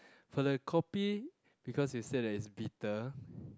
for the kopi because you said that is bitter